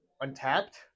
untapped